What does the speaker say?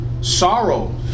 Sorrow